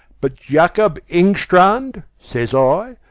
but jacob engstrand, says i,